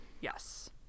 Yes